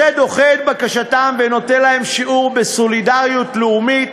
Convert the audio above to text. משה דוחה את בקשתם ונותן להם שיעור בסולידריות לאומית.